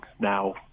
Now